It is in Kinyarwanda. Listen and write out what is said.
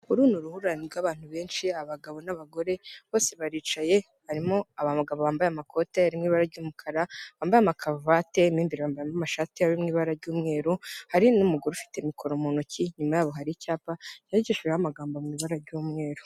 Uru ni uruhurirane rw'abantu benshi, abagabo n'abagore bose baricaye, harimo abagabo bambaye amakoti ari mu iba ry'umukara, bambaye amakaruvate mu imbere bambayemo amashati ari mu ibara ry'umweru, hari n'umugore ufite mikoro mu ntoki, inyuma yabo hari icyapa cyandikishijeho amagambo mu ibara ry'umweru.